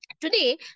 Today